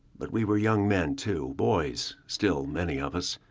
but we were young men too, boys still, many of us,